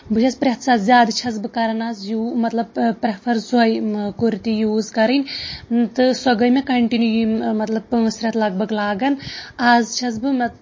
بہٕ چھَس پرٮ۪تھ سازٕ زیادٕ چھَس بہٕ زیادٕ کران آز یو مطلب پریفر سۄے کُرتی یوٗز کَرٕنۍ تہٕ سۄ گٔیٚے مےٚ کَنٹِیو مطلب پانٛژھ رٮ۪تھ لگ بگ لاگان آز چھَس بہٕ مط